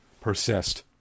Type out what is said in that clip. persist